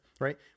right